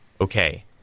okay